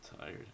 tired